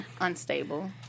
unstable